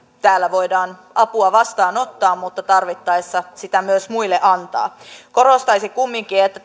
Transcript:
täällä voidaan apua vastaanottaa mutta tarvittaessa sitä myös muille antaa korostaisin kumminkin että